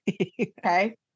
okay